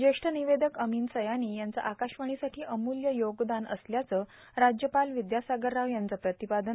ज्येष्ठ निवेदक अमीन सयानी यांचं आकाशवाणीसाठी अमूल्य योगदान असल्याचं राज्यपाल विद्यासागर राव यांचं प्रतिपादन